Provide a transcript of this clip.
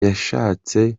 yashatse